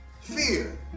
Fear